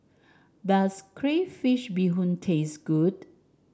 does Crayfish Beehoon taste good